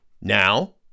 Now